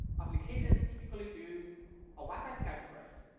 applications typically do a wi-fi scan first,